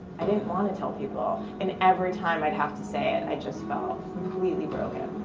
i didn't wanna tell people. and every time i'd have to say it, i just felt completely broken.